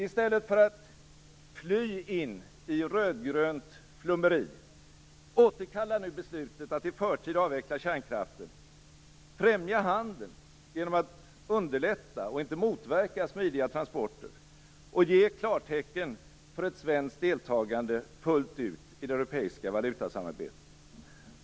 I stället för att fly in i rödgrönt flummeri - återkalla nu beslutet att i förtid avveckla kärnkraften, främja handeln genom att underlätta och inte motverka smidiga transporter och ge klartecken för ett svenskt deltagande fullt ut i det europeiska valutasamarbetet!